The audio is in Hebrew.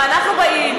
הרי אנחנו באים,